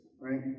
right